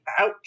Ouch